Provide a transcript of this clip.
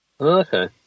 Okay